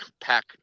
pack